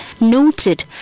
noted